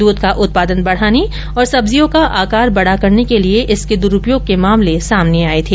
दूध का उत्पादन बढ़ाने और सब्जियों का आकार बड़ा करने के लिए इसके दुरूपयोग के मामले सामने आए थे